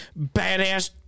badass